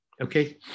Okay